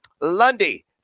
Lundy